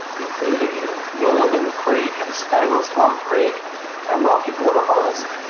including moolabin creek and stable swamp creek and rocky waterholes,